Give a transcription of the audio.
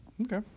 Okay